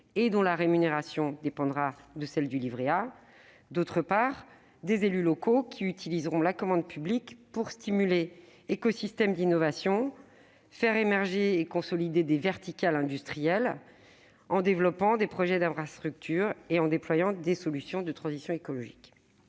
et dont la rémunération dépendra de celle du livret A ; d'autre part, des élus locaux qui utiliseront la commande publique pour stimuler des écosystèmes d'innovation, faire émerger et consolider des « verticales industrielles », en développant des projets d'infrastructures et en déployant des solutions de transition écologique.